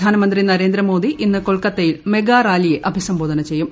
പ്രധാനമന്ത്രി നരേന്ദ്രമോദി ഇന്ന് കൊൽക്കത്തയിൽ മെഗാറാലിയെ അഭിസംബോധന ചെയ്യും